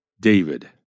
David